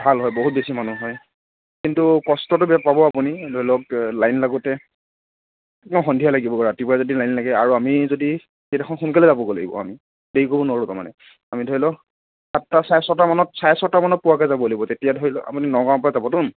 ভাল হয় বহুত বেছি মানুহ হয় কিন্তু কষ্টটো পাব আপুনি ধৰি লওক লাইন লাগোঁতে সন্ধিয়া লাগিব ৰাতিপুৱা যদি লাইন লাগে আৰু আমি যদি সেইডোখৰ সোনকালে যায় পাব লাগিব আমি দেৰি কৰিব নোৱাৰোঁ তাৰমানে আমি ধৰি লওক সাতটা চাৰে ছটা মানত চাৰে ছটা মানত পোৱাকে যাব লাগিব তেতিয়া ধৰি লওক আপুনি নগাঁৱৰ পৰা যাবটো